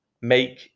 make